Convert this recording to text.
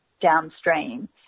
downstream